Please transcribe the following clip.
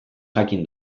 jakin